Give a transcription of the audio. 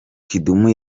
kidum